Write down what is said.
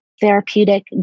therapeutic